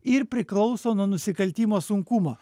ir priklauso nuo nusikaltimo sunkumo